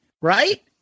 right